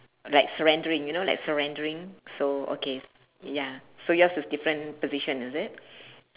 like surrendering you know like surrendering so okay s~ ya so yours is different position is it